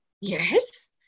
yes